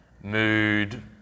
mood